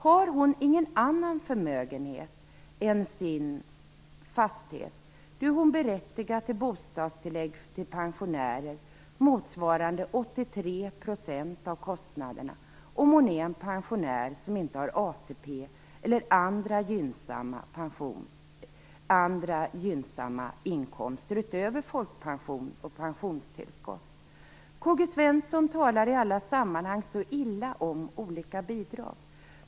Har hon ingen annan förmögenhet än sin fastighet, är hon berättigad till bostadstillägg för pensionärer motsvarande 83 % av kostnaderna om hon är en pensionär som inte har ATP eller andra gynnsamma pensioner eller inkomster utöver folkpension och pensionstillskott. K-G Svenson talar i alla sammanhang illa om olika bidrag.